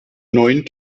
neun